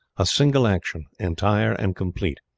a single action, entire and complete.